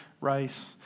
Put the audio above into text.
rice